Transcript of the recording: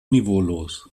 niveaulos